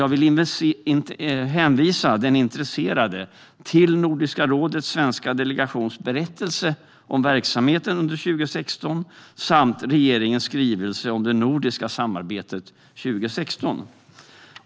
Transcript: Jag vill hänvisa den intresserade till Nordiska rådets svenska delegations berättelse om verksamheten under 2016 samt regeringens skrivelse om det nordiska samarbetet 2016.